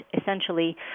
essentially